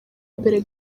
mbere